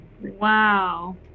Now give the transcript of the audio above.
Wow